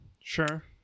Sure